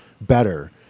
better